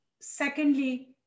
Secondly